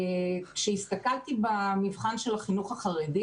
כשהסתכלתי במבחן של החינוך החרדי